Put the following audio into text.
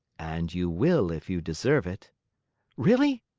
and you will if you deserve it really?